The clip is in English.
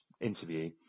interview